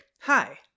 hi